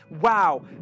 wow